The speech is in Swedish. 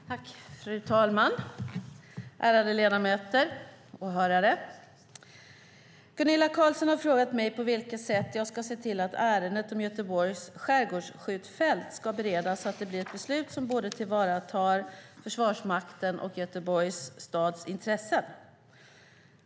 Fru talman! Ärade ledamöter och åhörare! Gunilla Carlsson i Hisings Backa har frågat mig på vilket sätt jag ska se till att ärendet om Göteborgs skärgårdsskjutfält ska beredas så att det blir ett beslut som tillvaratar både Försvarsmaktens och Göteborgs stads intressen.